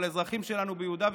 על האזרחים שלנו ביהודה ושומרון.